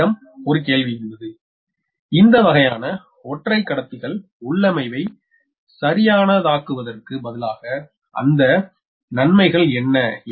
உங்களிடம் கேள்வி உள்ளது இந்த வகையான ஒற்றை கடத்திகள் உள்ளமைவை சரியானதாக்குவதற்கு பதிலாக அந்த நன்மைகள் என்ன